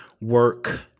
work